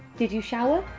did you shower?